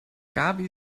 gaby